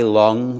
long